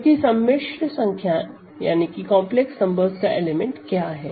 क्योंकि सममिश्र संख्याओं का एलिमेंट क्या है